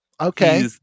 Okay